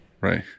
right